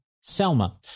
Selma